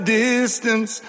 distance